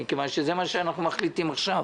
מכיוון שזה מה שאנחנו מחליטים עכשיו.